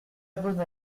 bonne